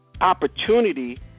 opportunity